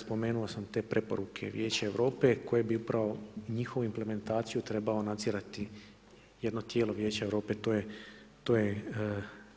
Spomenuo sam te preporuke Vijeća Europe koje bi upravo njihovu implementaciju trebao nadzirati jedno tijelo Vijeća Europe, to je